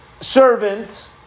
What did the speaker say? servant